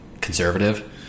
conservative